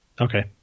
Okay